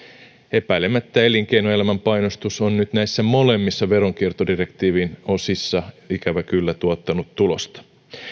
epäilemättä elinkeinoelämän painostus on nyt näissä molemmissa veronkiertodirektiivin osissa ikävä kyllä tuottanut tulosta